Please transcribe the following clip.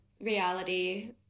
reality